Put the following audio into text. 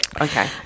Okay